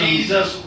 Jesus